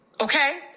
Okay